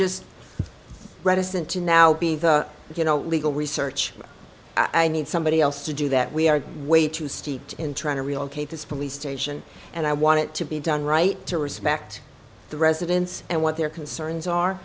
just reticent to now being you know legal research i need somebody else to do that we are way too steeped in trying to relocate this police station and i want it to be done right to respect the residents and what their concerns are